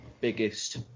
biggest